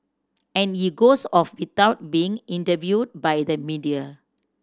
and he goes off without being interviewed by the media